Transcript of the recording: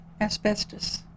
asbestos